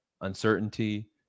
uncertainty